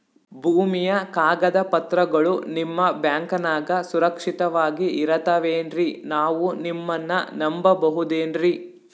ಭೂಮಿಯ ಕಾಗದ ಪತ್ರಗಳು ನಿಮ್ಮ ಬ್ಯಾಂಕನಾಗ ಸುರಕ್ಷಿತವಾಗಿ ಇರತಾವೇನ್ರಿ ನಾವು ನಿಮ್ಮನ್ನ ನಮ್ ಬಬಹುದೇನ್ರಿ?